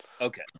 Okay